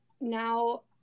now